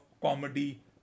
comedy